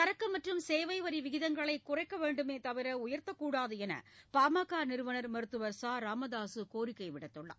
சரக்கு மற்றும் சேவை வரி விகிதங்களை குறைக்க வேண்டுமே தவிர உயர்த்தக்கூடாது என்று பாமக நிறுவனர் மருத்துவர் ச ராமதாசு கோரிக்கை விடுத்துள்ளார்